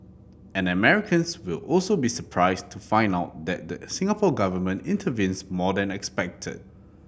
and Americans will also be surprised to find out that the Singapore Government intervenes more than expected